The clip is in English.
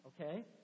okay